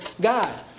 God